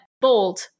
bold